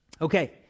Okay